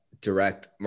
direct